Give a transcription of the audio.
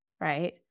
right